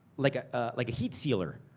like ah ah like a heat sealer,